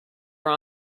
were